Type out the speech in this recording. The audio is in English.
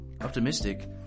optimistic